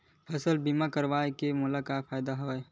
फसल बीमा करवाय के मोला का फ़ायदा हवय?